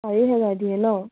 চাৰি হেজাৰ দিয়ে ন